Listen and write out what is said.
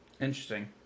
Interesting